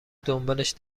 دنبالش